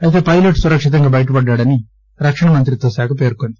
అయితే పైలెట్ సురక్షితంగా బయటపడ్డాడని రక్షణమంత్రిత్వశాఖ పేర్కొంది